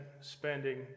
spending